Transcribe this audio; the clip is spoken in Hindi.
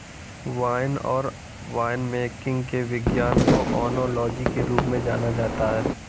वाइन और वाइनमेकिंग के विज्ञान को ओनोलॉजी के रूप में जाना जाता है